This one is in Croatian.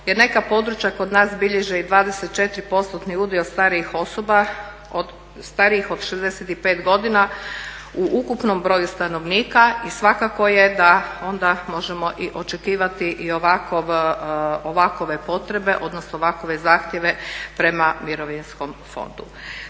jer neka područja kod nas bilježe i 24-postotni udio starijih osoba od 65 godina u ukupnom broju stanovnika. I svakako da onda možemo i očekivati ovakve potrebe, odnosno ovakve zahtjeve prema Mirovinskom fondu.